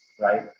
right